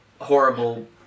horrible